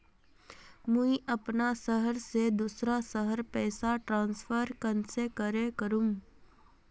मुई अपना शहर से दूसरा शहर पैसा ट्रांसफर कुंसम करे करूम?